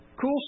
Cool